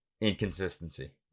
inconsistency